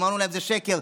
אמרנו להם: זה שקר.